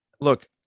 look